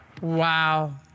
Wow